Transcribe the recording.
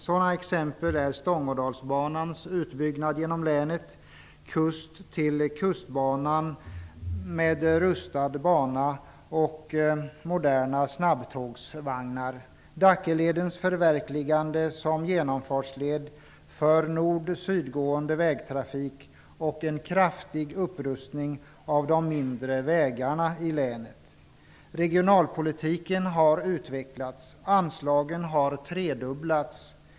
Sådana exempel är Stångådalsbanans utbyggnad genom länet, Kust-till-kust-banan med rustad bana och moderna snabbtågsvagnar, Dackeledens förverkligande som genomfartsled för nord och sydgående vägtrafik och en kraftig upprustning av de mindre vägarna i länet. Regionalpolitiken har utvecklats. Anslagen har tredubblats.